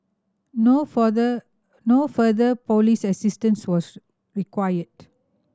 no further no further police assistance was required